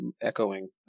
echoing